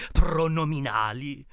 pronominali